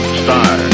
star